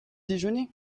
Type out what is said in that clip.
déjeuner